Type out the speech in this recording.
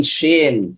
Shin